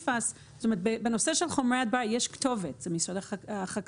זאת אומרת: בנושא של חומרי הדברה יש כתובת: זה משרד החקלאות,